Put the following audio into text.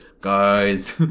guys